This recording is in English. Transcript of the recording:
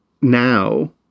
now